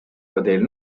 modèles